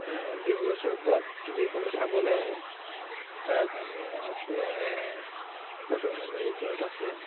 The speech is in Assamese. ডিব্ৰু চৌখোৱা যিসকলে চাবলৈ আহে তাৰকাণে আছে পদুমণি ৰিজৰ্ট আছে